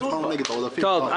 קיבלנו דו"ח מהמ.מ.מ,